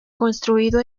construido